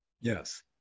Yes